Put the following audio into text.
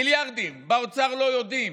מיליארדים, באוצר לא יודעים.